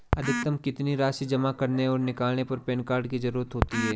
अधिकतम कितनी राशि जमा करने और निकालने पर पैन कार्ड की ज़रूरत होती है?